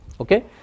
okay